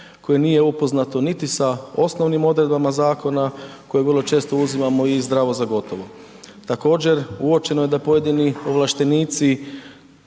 je nije upoznato niti sa osnovnim odredbama zakona koje vrlo često uzimamo i zdravo za gotovo. Također, uočeno je da pojedini ovlaštenici